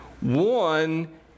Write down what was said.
One